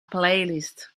playlist